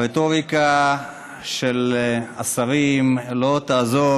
הרטוריקה של השרים לא תעזור,